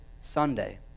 Sunday